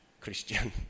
Christian